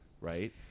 Right